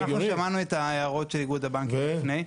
--- אנחנו שמענו את ההערות של איגוד הבנקים לפני.